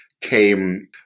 Came